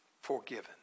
forgiven